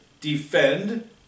defend